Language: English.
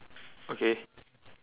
okay